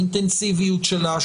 האינטנסיביות שלה,